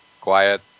quiet